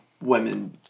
women